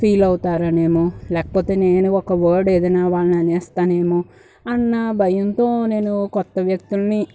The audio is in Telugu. ఫీల్ అవుతారనేమో లేకపోతే నేను ఒక వర్డ్ ఏదన్న వాళ్ళను అనేస్తానేమో అన్న భయంతో నేను కొత్త వ్యక్తుల్ని